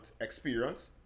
experience